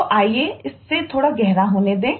तो आइए इससे थोड़ा गहरा होने दें